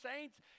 saints